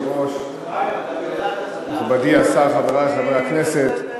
אדוני היושב-ראש, מכובדי השר, חברי חברי הכנסת,